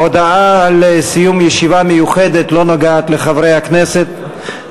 ההודעה על סיום הישיבה המיוחדת לא נוגעת לחברי הכנסת,